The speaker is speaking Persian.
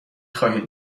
خواهید